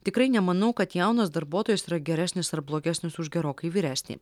tikrai nemanau kad jaunas darbuotojas yra geresnis ar blogesnis už gerokai vyresnį